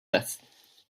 death